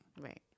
Right